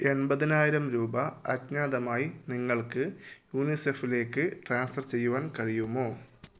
എണ്പതിനായിരം രൂപ അജ്ഞാതമായി നിങ്ങൾക്ക് യുനിസെഫിലേക്ക് ട്രാൻസ്ഫർ ചെയ്യുവാൻ കഴിയുമോ